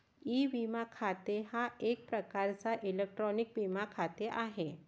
E विमा खाते हा एक प्रकारचा इलेक्ट्रॉनिक विमा खाते आहे